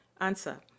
answer